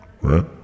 Right